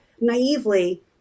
naively